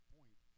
Point